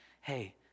hey